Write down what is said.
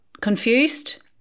confused